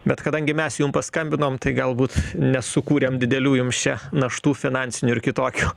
bet kadangi mes jum paskambinom tai galbūt nesukūrėm didelių jums čia naštų finansinių ir kitokių